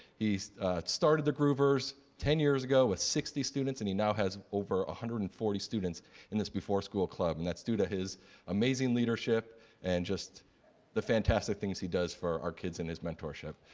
he's started the groovers ten years ago with sixty students and he now has over one hundred and forty students in this before school club, and that's due to his amazing leadership and just the fantastic things he does for our kids in his mentorship.